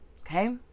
Okay